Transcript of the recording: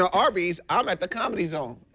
ah arby's, i'm at the comedy zone.